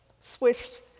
Swiss